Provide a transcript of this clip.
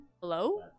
Hello